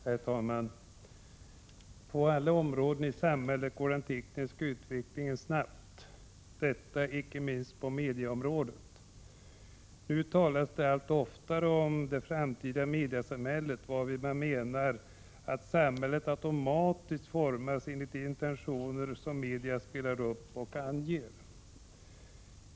Herr talman! På alla områden i samhället går den tekniska utvecklingen snabbt, icke minst på mediaområdet. Nu talas det allt oftare om det framtida mediasamhället, varvid man menar att samhället automatiskt formas enligt de intentioner som media spelar upp och anger.